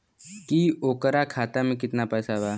की ओकरा खाता मे कितना पैसा बा?